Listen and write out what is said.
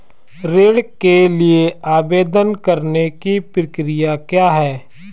ऋण के लिए आवेदन करने की प्रक्रिया क्या है?